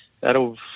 That'll